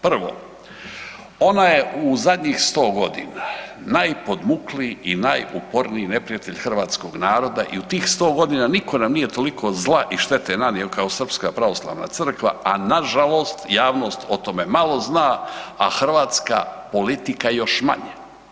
Prvo, ona je u zadnjih 100 godina najpodmukliji i najuporniji neprijatelj hrvatskog naroda i u tih 100 godina nitko nam nije toliko zla i štete nanio kao Srpska pravoslavna crkva, a nažalost javnost o tome malo zna, a hrvatska politika još manje.